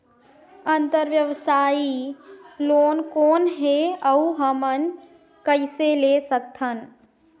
अंतरव्यवसायी लोन कौन हे? अउ हमन कइसे ले सकथन?